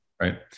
Right